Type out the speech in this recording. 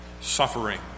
suffering